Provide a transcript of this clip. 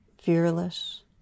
Fearless